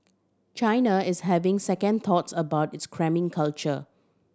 China is having second thoughts about its cramming culture